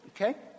Okay